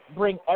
bring